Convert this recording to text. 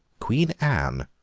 queen anne,